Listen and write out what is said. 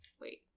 wait